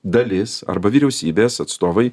dalis arba vyriausybės atstovai